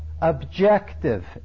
objective